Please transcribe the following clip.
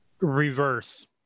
Reverse